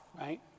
right